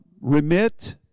Remit